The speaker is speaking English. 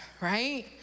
right